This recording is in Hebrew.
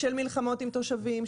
של מלחמות עם תושבים,